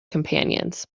companions